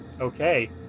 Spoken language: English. Okay